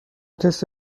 تست